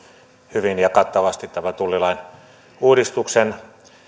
hyvin ja kattavasti tämän tullilain uudistuksen